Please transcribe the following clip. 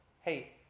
Hey